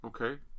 Okay